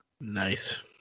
Nice